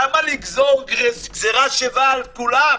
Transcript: למה לגזור גזירה שווה על כולם?